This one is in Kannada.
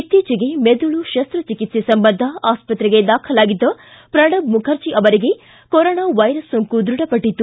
ಇತ್ತೀಚೆಗೆ ಮೆದುಳು ಶಸ್ತಚಿಕಿತ್ಸೆ ಸಂಬಂಧ ಆಸ್ಪತ್ರೆಗೆ ದಾಖಲಾಗಿದ್ದ ಪ್ರಣಬ್ ಮುಖರ್ಜಿ ಅವರಿಗೆ ಕೊರೋನಾ ವೈರಸ್ ಸೋಂಕು ದೃಢಪಟ್ಟತ್ತು